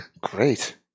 Great